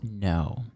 No